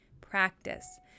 practice